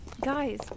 Guys